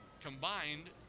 Combined